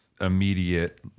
immediate